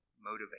motivate